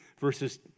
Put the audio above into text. verses